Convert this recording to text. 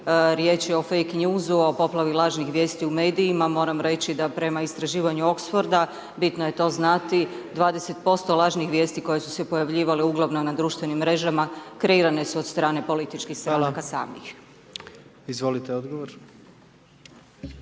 riječ je o fake news-u, o poplavi lažnih vijesti u medijima, moram reći da prema istraživanju Oxford-a, bitno je to znati, 20% lažnih vijesti koje su se pojavljivale uglavnom na društvenim mrežama, kreirane su od strane političkih stranaka samih. **Jandroković,